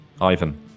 Ivan